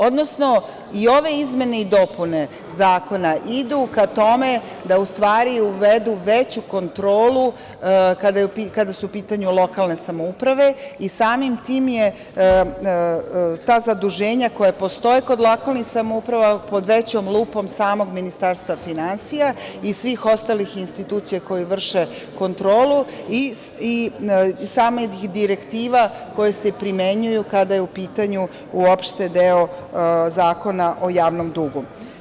Odnosno, i ove izmene i dopune zakona idu ka tome da u stvari uvedu veću kontrolu kada su u pitanju lokalne samouprave i samim tim su ta zaduženja koja postoje kod lokalnih samouprava pod većom lupom samog Ministarstva finansija i svih ostalih institucija koje vrše kontrolu i samih direktiva koje se primenjuju kada je u pitanju uopšte deo Zakona o javnom dugu.